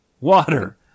water